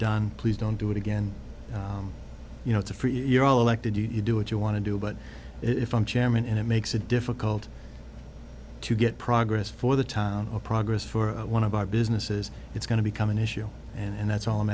done please don't do it again you know it's a free you're all elected you do what you want to do but if i'm chairman and it makes it difficult to get progress for the town or progress for one of our businesses it's going to become an issue and that's all i'm